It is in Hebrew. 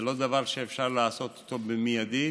זה לא דבר שאפשר לעשות אותו מיידית,